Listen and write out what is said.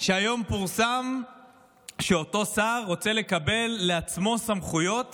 שהיום פורסם שאותו שר רוצה לקבל לעצמו סמכויות